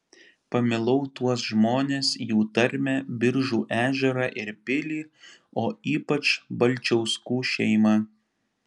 pamilau tuos žmones jų tarmę biržų ežerą ir pilį o ypač balčiauskų šeimą